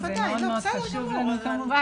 זה מאוד מאוד חשוב לנו,